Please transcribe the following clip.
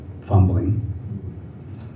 fumbling